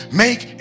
make